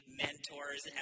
mentors